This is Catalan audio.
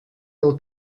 del